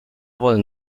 wollen